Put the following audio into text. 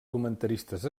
comentaristes